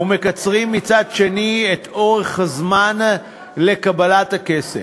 ומקצרים מצד שני את אורך הזמן לקבלת הכסף.